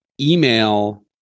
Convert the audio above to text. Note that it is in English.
email